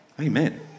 amen